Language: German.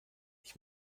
ich